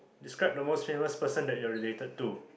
describe the most famous person that you are related to